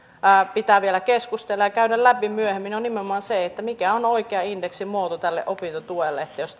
pitää vielä keskustella ja käydä läpi myöhemmin on nimenomaan se mikä on oikea indeksimuoto tälle opintotuelle jos